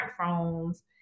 smartphones